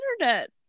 internet